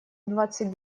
двадцать